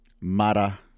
Mara